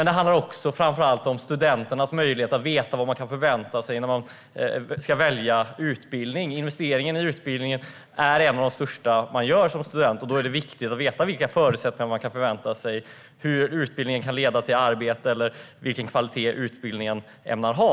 Det handlar också, och framför allt, om studenternas möjlighet att veta vad man kan förvänta sig när man ska välja utbildning. Investeringen i utbildning är en av de största man gör i livet, och då är det viktigt att veta vilka förutsättningar man kan förvänta sig, hur utbildningen kan leda till arbete och vilken kvalitet utbildningen kommer att ha.